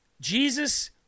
Jesus